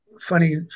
funny